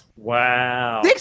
Wow